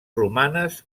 romanes